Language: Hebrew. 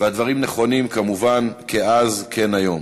והדברים נכונים כמובן כאז כן היום.